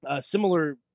similar